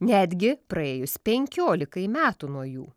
netgi praėjus penkiolikai metų nuo jų